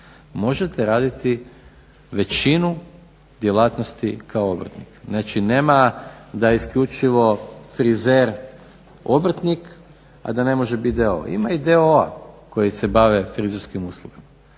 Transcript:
Možete raditi većinu djelatnosti kao obrtnik. Znači nema da je isključivo frizer obrtnik, a da ne može biti d.o.o. Ima i d.o.o.koji se bave frizerskim uslugama.